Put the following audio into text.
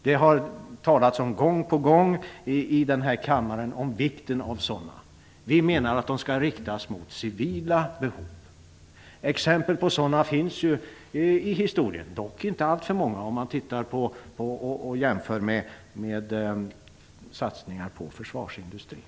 Det har gång på gång i denna kammare talats om vikten av sådana beställningar. Vi anser att de skall riktas mot civila behov. Exempel på sådana satsningar finns i historien, dock inte alltför många om man jämför med satsningarna på försvarsindustrin.